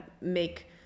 make